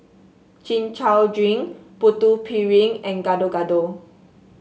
Chin Chow Drink Putu Piring and Gado Gado